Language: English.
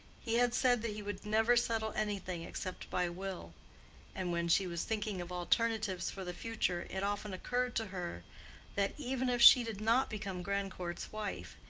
he had said that he would never settle anything except by will and when she was thinking of alternatives for the future it often occurred to her that, even if she did not become grandcourt's wife,